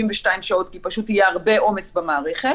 72 שעות כי פשוט יהיה הרבה עומס במערכת